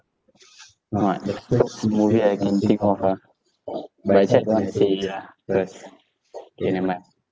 ah the movie I can think of ah but I check ah K never mind